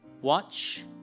watch